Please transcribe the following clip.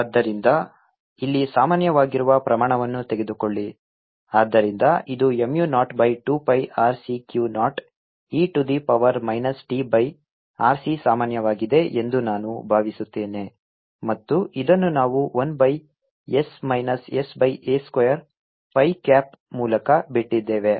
ಆದ್ದರಿಂದ ಇಲ್ಲಿ ಸಾಮಾನ್ಯವಾಗಿರುವ ಪ್ರಮಾಣವನ್ನು ತೆಗೆದುಕೊಳ್ಳಿ ಆದ್ದರಿಂದ ಇದು mu naught by 2 pi R C Q naught e to the power minus t by R C ಸಾಮಾನ್ಯವಾಗಿದೆ ಎಂದು ನಾನು ಭಾವಿಸುತ್ತೇನೆ ಮತ್ತು ಇದನ್ನು ನಾವು 1 by s minus s by a square phi cap ಮೂಲಕ ಬಿಟ್ಟಿದ್ದೇವೆ